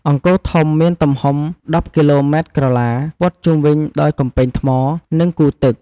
អង្គរធំមានទំហំ ១០ គីឡូម៉ែត្រក្រឡា ព័ទ្ធជុំវិញដោយកំពែងថ្ម និងគូទឹក។